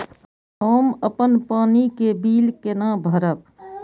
हम अपन पानी के बिल केना भरब?